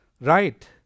right